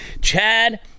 Chad